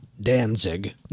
Danzig